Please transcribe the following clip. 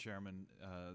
chairman